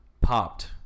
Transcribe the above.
popped